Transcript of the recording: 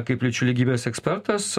kaip lyčių lygybės ekspertas